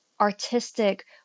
artistic